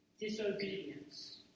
disobedience